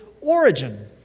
origin